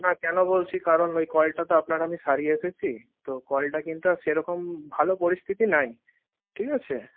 না কেন বলছি কারণ ওই কলটা তো আপনার আমি সারিয়ে এসেছি তো কলটা কিন্তু আর সেরকম ভালো পরিস্থিতি নাই ঠিক আছে